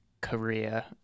career